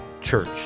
church